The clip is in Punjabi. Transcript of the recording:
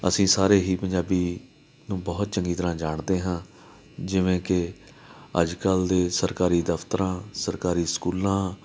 ਅਸੀਂ ਸਾਰੇ ਹੀ ਪੰਜਾਬੀ ਨੂੰ ਬਹੁਤ ਚੰਗੀ ਤਰ੍ਹਾਂ ਜਾਣਦੇ ਹਾਂ ਜਿਵੇਂ ਕਿ ਅੱਜ ਕੱਲ੍ਹ ਦੇ ਸਰਕਾਰੀ ਦਫਤਰਾਂ ਸਰਕਾਰੀ ਸਕੂਲਾਂ